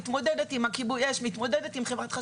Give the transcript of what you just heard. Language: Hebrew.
מתמודדת עם כיבוי אש,